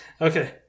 Okay